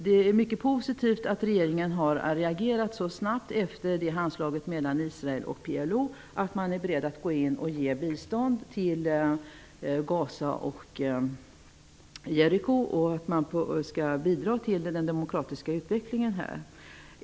Det är mycket positivt att regeringen har reagerat så snabbt efter handslaget mellan Israel och PLO att man är beredd att ge bistånd till Ghaza och Jeriko och att man skall bidra till den demokratiska utvecklingen där.